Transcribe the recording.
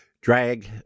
drag